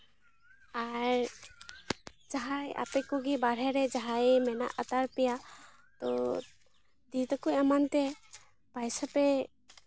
ᱟᱨ ᱡᱟᱦᱟᱸᱭ ᱟᱯᱮ ᱠᱚᱜᱮ ᱵᱟᱦᱨᱮ ᱡᱟᱦᱟᱸᱭ ᱢᱮᱱᱟᱜ ᱦᱟᱛᱟᱲ ᱯᱮᱭᱟ ᱛᱚ ᱫᱤᱫᱤ ᱛᱟᱠᱚ ᱮᱢᱟᱱ ᱛᱮ ᱯᱚᱭᱥᱟ ᱯᱮ